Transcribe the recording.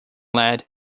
led